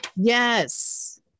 yes